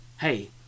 hey